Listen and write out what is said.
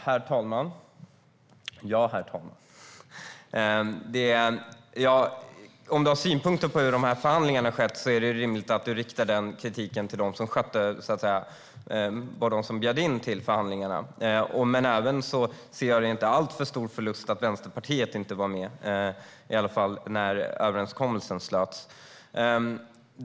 Herr talman! Om du har synpunkter på hur förhandlingarna har skett, Paula Bieler, är det rimligt att du riktar den kritiken till dem som bjöd in till förhandlingarna. Men jag ser det inte som en alltför stor förlust att Vänsterpartiet inte var med, i alla fall när överenskommelsen slöts.